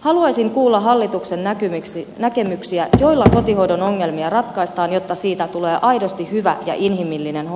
haluaisin kuulla hallituksen näkemyksiä siitä miten kotihoidon ongelmia ratkaistaan jotta siitä tulee aidosti hyvä ja inhimillinen